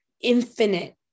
infinite